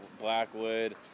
blackwood